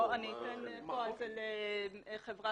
מכון